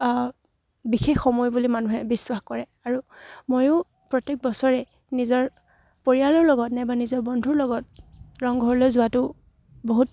বিশেষ সময় বুলি মানুহে বিশ্বাস কৰে আৰু ময়ো প্ৰত্যেক বছৰে নিজৰ পৰিয়ালৰ লগত নাইবা নিজৰ বন্ধুৰ লগত ৰংঘৰলৈ যোৱাটো বহুত